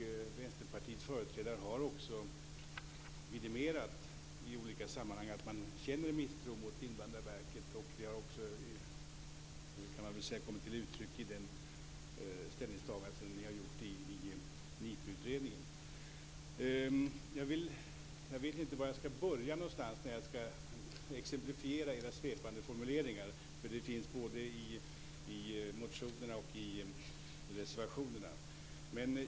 Vänsterpartiets företrädare har vidimerat i olika sammanhang att man känner misstro mot Invandrarverket, och det har också kommit till uttryck i det ställningstagande som ni gjort i Jag vet inte var jag skall börja när jag skall exemplifiera era svepande formuleringar, för det finns både i motionerna och i reservationerna.